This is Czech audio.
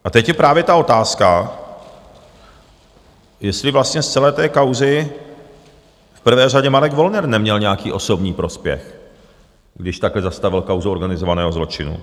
A teď je právě ta otázka, jestli vlastně z celé té kauzy v prvé řadě Marek Wollner neměl nějaký osobní prospěch, když takhle zastavil kauzu organizovaného zločinu.